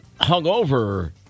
hungover